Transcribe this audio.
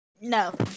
No